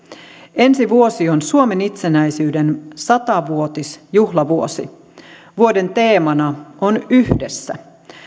ensi vuosi on suomen itsenäisyyden sata vuotisjuhlavuosi vuoden teemana on yhdessä